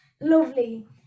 lovely